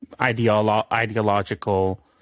ideological